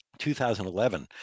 2011